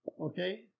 okay